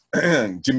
Jimmy